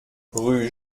rue